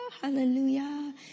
Hallelujah